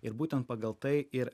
ir būtent pagal tai ir